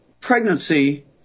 pregnancy